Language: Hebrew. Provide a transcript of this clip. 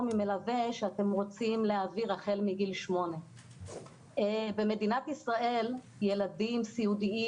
ממלווה שאתם רוצים להעביר החל מגיל 8. במדינת ישראל ילדים סיעודיים